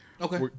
Okay